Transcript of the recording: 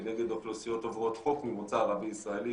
כנגד אוכלוסיות עוברות חוק ממוצא ערבי ישראלי,